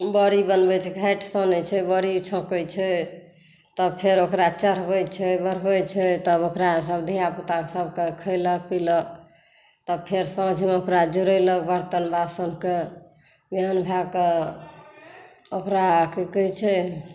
बरी बनबै छै घाटि सनै छै बरी छौकै छै तब फेर ओकरा चढ़बै छै बढ़बै छै तब ओकरा सब धियापुता सब खैलक पीलक तब साँझ मे ओकरा जुड़ैलक बरतन बासन के बिहान भए क ओकरा की कहै छै